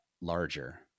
larger